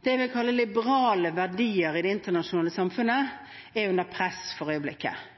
det vi kaller liberale verdier i det internasjonale samfunnet, er under press for øyeblikket.